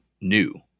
new